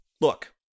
look